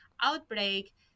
outbreak